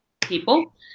people